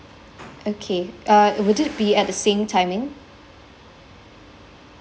okay uh would it be at the same timing